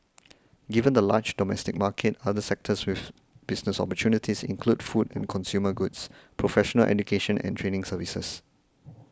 given the large domestic market other sectors with business opportunities include food and consumer goods professional education and training services